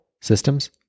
systems